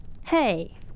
Hey